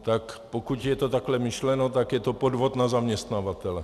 Tak pokud je to takto myšleno, je to podvod na zaměstnavatele.